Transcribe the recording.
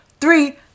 Three